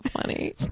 funny